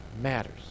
matters